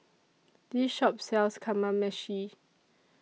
This Shop sells Kamameshi